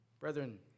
Brethren